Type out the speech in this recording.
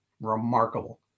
remarkable